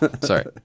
Sorry